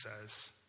says